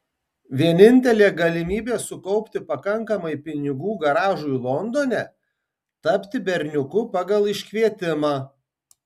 vienintelė galimybė sukaupti pakankamai pinigų garažui londone tapti berniuku pagal iškvietimą